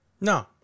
No